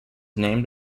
named